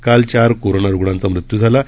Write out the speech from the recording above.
काल चार कोरोना रुग्णांचा मृत्यू झाला आहे